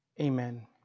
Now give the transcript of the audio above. amen